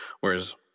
whereas